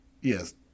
yes